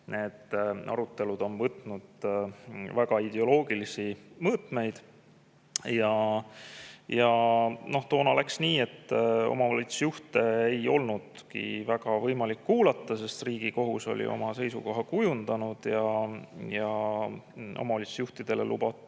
Need arutelud on võtnud väga ideoloogilisi mõõtmeid. Toona läks nii, et omavalitsusjuhte ei olnudki väga võimalik kuulata, sest Riigikohus oli oma seisukoha kujundanud. Omavalitsusjuhtidele lubati